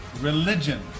religion